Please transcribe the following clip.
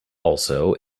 also